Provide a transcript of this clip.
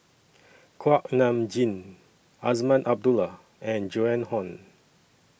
Kuak Nam Jin Azman Abdullah and Joan Hon